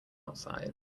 outside